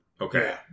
Okay